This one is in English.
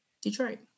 Detroit